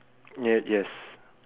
ya yes